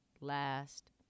last